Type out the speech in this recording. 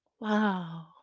wow